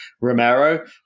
romero